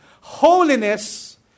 Holiness